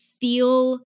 feel